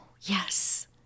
yes